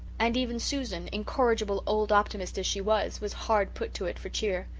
and even susan, incorrigible old optimist as she was, was hard put to it for cheer.